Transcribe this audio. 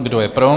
Kdo je pro?